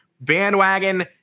bandwagon